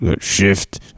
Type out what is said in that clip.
Shift